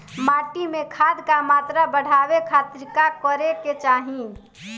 माटी में खाद क मात्रा बढ़ावे खातिर का करे के चाहीं?